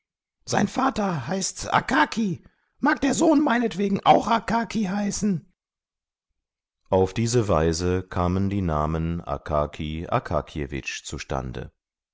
sein vater heißt akaki mag der sohn meinetwegen auch akaki heißen auf diese weise kamen die namen akaki akakjewitsch